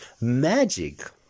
Magic